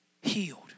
healed